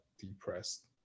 depressed